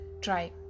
Try